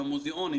של המוזיאונים